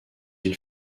îles